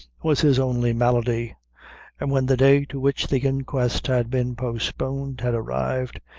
was his only malady and when the day to which the inquest had been postponed had arrived,